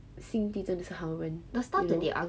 心地真的是好人 you know